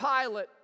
Pilate